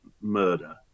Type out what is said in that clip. murder